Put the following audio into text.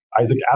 Isaac